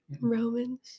Romans